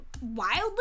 wildly